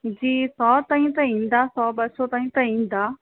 जी सौ ताईं त ईंदा सौ ॿ सौ ताईं त ईंदा